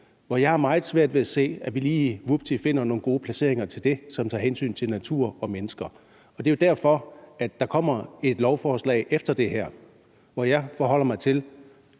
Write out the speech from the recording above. og jeg har meget svært ved at se, at vi lige vupti finder nogle gode placeringer til det, som tager hensyn til natur og mennesker. Det er derfor, der kommer et lovforslag efter det her, hvor jeg forholder mig til